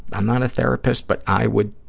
i'm not a therapist but i would